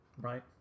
right